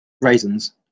raisins